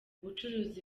ubucuruzi